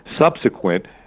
Subsequent